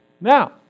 Now